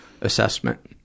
assessment